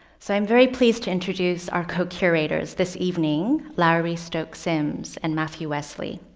so i'm very pleased to introduce our co-curators this evening, lowery stokes sims and matthew weseley.